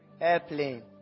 airplane